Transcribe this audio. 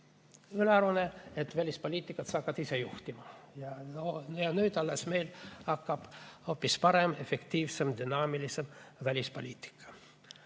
ülearune, et välispoliitikat sa hakkad ise juhtima ja nüüd meil hakkab [olema] hoopis parem, efektiivsem, dünaamilisem välispoliitika.